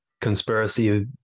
conspiracy